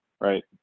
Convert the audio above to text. right